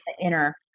inner